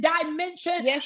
dimension